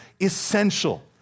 essential